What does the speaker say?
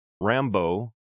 Rambo